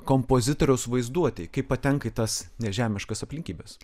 kompozitoriaus vaizduotei kai patenka į tas nežemiškas aplinkybes